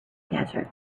desert